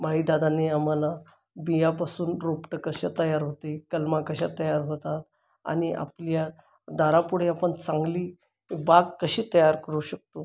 माळीदादांनी आम्हाला बिया पासून रोपटं कसे तयार होते कलमा कशा तयार होतात आणि आपल्या दारापुढे आपण चांगली बाग कशी तयार करू शकतो